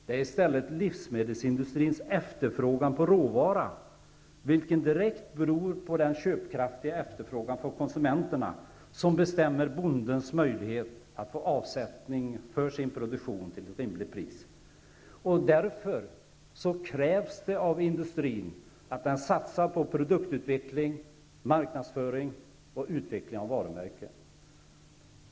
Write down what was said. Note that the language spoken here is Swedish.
Det är i stället livsmedelsindustrin efterfrågan på råvaror, vilken är direkt beroende av de köpkraftiga konsumenternas efterfrågan, som bestämmer bondens möjlighet att få avsättning för sin produktion till ett rimligt pris. Därför krävs det av industrin att den satsar på produktutveckling, marknadsföring och utveckling av varumärken.